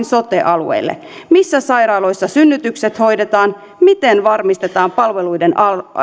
sote alueille missä sairaaloissa synnytykset hoidetaan miten varmistetaan palveluiden